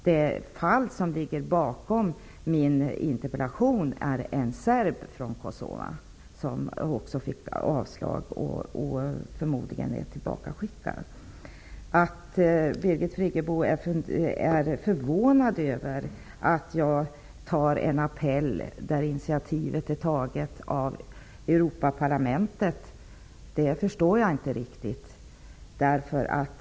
Det fall som ligger bakom min interpellation gäller en serb från Kosova som också fick avslag och förmodligen är tillbakaskickad. Jag förstår inte riktigt att Birgit Friggebo kan vara förvånad över att jag tar upp en appell som Europaparlamentet har tagit initiativ till.